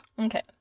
Okay